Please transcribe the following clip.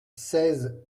seize